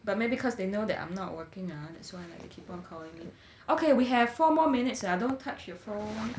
but maybe cause they know that I'm not working ah that's why ah they keep on calling me okay we have four more minutes ah don't touch your phone